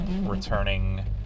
returning